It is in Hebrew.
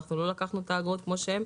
לא לקחנו את גובה האגרות כפי שהוא.